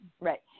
Right